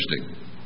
interesting